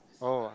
oh I